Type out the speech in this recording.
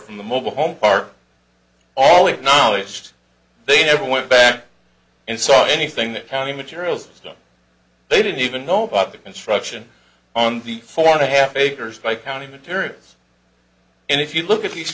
from the mobile home park all acknowledged they never went back and saw anything that county materials don't they didn't even know about the construction on the fourth a half acres by county materials and if you look